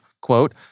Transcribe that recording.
Quote